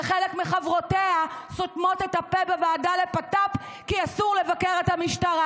וחלק מחברותיה סותמות את הפה בוועדה לבט"פ כי אסור לבקר את המשטרה,